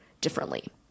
differently